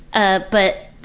ah, but,